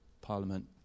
Parliament